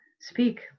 speak